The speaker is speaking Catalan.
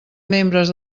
membres